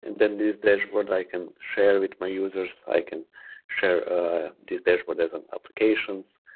and then this dashboard i can share with my users, i can share this dashboard as and applications,